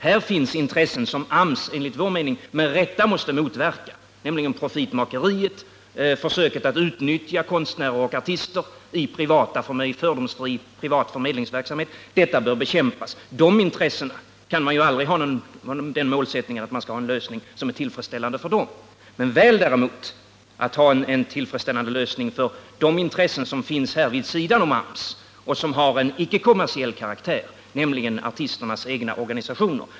Här finns sådana intressen som AMS enligt vår mening med rätta måste motverka, nämligen profitmakeriet och försöken att utnyttja konstnärer och artister i fördomsfri privat förmedlingsverksamhet. Dessa intressen bör bekämpas — man kan ju aldrig ha den målsättningen att man skall kunna få någon lösning som är tillfredsställande för dem — men däremot kan man mycket väl få en tillfredsställande lösning för intressen som finns vid sidan om AMS och som haren icke-kommersiell karaktär, nämligen artisternas egna organisationer.